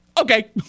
okay